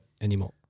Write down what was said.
anymore